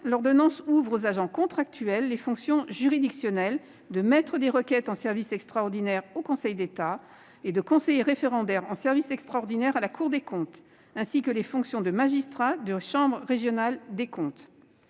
l'ordonnance ouvre aux agents contractuels les fonctions juridictionnelles de maître des requêtes en service extraordinaire au Conseil d'État et de conseiller référendaire en service extraordinaire à la Cour des comptes, ainsi que les fonctions de magistrat de chambre régionale des comptes.